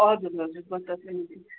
हजुर हजुर बतासे